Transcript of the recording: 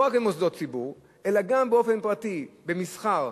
לא רק במוסדות ציבור אלא גם באופן פרטי, במסחר,